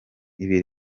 ibi